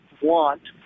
want